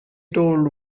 told